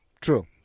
True